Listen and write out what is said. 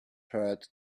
hurt